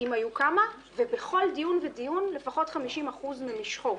אם היו כמה ובכל דיון ודיון לפחות 50% ממשכו.